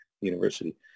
University